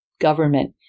government